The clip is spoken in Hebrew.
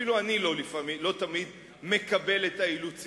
אפילו אני לא תמיד מקבל את האילוצים.